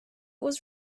was